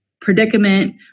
predicament